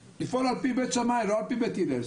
לפעול על פי בית שמאי לא על פי בית הילל.